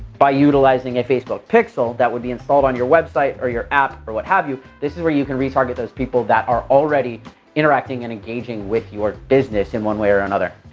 by utilizing a facebook pixel that would be installed on your website or your app or what have you, this is where you can retarget those people that are already interacting and engaging with your business in one way or another.